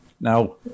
now